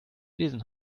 lesen